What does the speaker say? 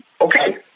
Okay